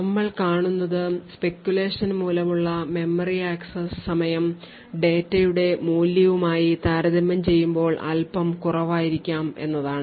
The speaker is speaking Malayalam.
നമ്മൾ കാണുന്നത് speculation മൂലമുള്ള മെമ്മറി ആക്സസ് സമയം ഡാറ്റയുടെ മൂല്യവുമായി താരതമ്യം ചെയ്യുമ്പോൾ അൽപ്പം കുറവായിരിക്കാം എന്നതാണ്